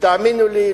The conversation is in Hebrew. ותאמינו לי,